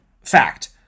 fact